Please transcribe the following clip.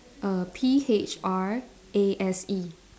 err P H R A S E